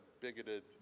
bigoted